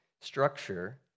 structure